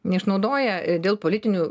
neišnaudoja ir dėl politinių